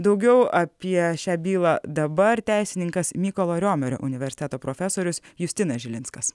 daugiau apie šią bylą dabar teisininkas mykolo riomerio universiteto profesorius justinas žilinskas